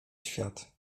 świat